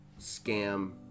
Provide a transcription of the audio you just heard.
Scam